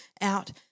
out